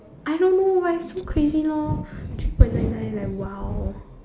I don't know but it's so crazy lor three point nine nine like !wow!